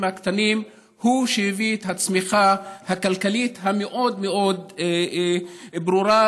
הקטנים הם שהביאו את הצמיחה הכלכלית המאוד-מאוד ברורה,